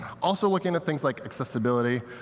also looking at things like accessibility,